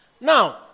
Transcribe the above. Now